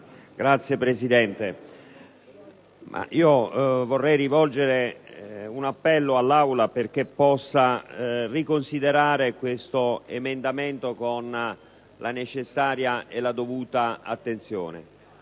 Signor Presidente, vorrei rivolgere un appello all'Aula perché possa riconsiderare l'emendamento 2.59 con la necessaria e dovuta attenzione.